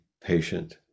patient